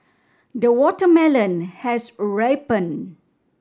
the watermelon has ripened